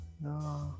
No